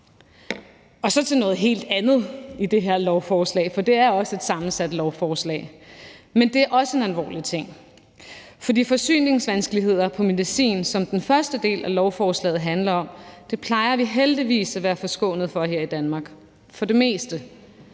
jeg gå til noget helt andet i det her lovforslag, for det er et sammensat lovforslag. Men det er også en alvorlig ting. For forsyningsvanskeligheder med medicin, som den første del af lovforslaget handler om, plejer vi heldigvis at være forskånet for her i Danmark, for det meste.